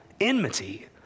Enmity